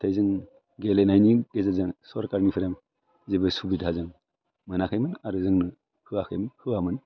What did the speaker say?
दा जों गेलेनायनि गेजेरजों सरकारनिफ्राय जेबो सुबिदा जों मोनाखैमोन आरो जोंनो होआखैमोन होआमोन